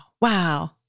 Wow